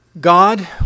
God